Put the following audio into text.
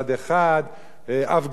הפגנות מתנחלים מצד שני.